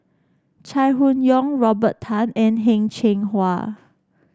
Chai Hon Yoong Robert Tan and Heng Cheng Hwa